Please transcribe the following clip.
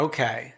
Okay